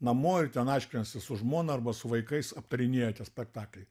namo ir ten aiškinasi su žmona arba su vaikais aptarinėja čia spektaklį